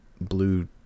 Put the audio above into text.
blue